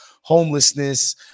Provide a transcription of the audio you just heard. homelessness